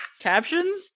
Captions